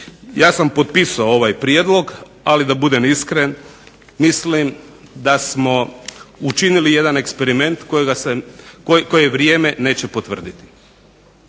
Ja sam potpisao ovaj prijedlog, ali da budem iskren mislim da smo učinili jedan eksperiment koji vrijeme neće potvrditi.